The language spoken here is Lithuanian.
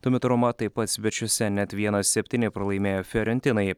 tuo metu roma taip pat svečiuose net vienas septyni pralaimėjo fiorentinai